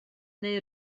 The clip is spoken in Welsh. neu